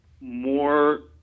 more